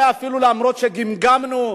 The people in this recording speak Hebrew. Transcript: אולי אפילו אף-על-פי שגמגמנו,